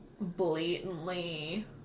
blatantly